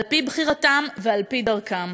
על-פי בחירתם ועל-פי דרכם.